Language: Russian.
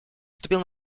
вступил